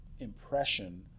impression